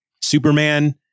Superman